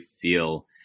feel